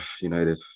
United